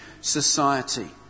society